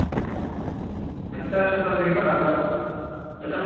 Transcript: हा पञ्चाशतधिकश चतुर्